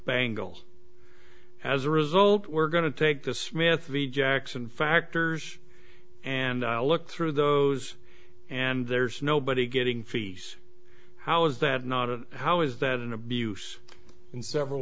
bangles as a result we're going to take the smith v jackson factors and i'll look through those and there's nobody getting fees how is that not a how is that an abuse in several